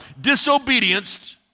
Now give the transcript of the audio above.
Disobedience